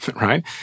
right